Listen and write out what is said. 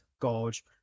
gorge